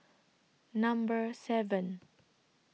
Number seven